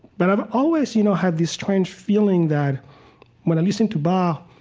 but i've always you know had this strange feeling that when i listen to bach,